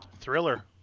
Thriller